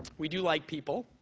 we do like people.